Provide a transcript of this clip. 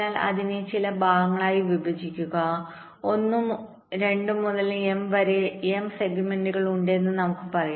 അതിനാൽ അതിനെ ചില ഭാഗങ്ങളായി വിഭജിക്കുക 1 2 മുതൽ m വരെ m സെഗ്മെന്റുകൾ ഉണ്ടെന്ന് നമുക്ക് പറയാം